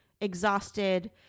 exhausted